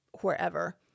wherever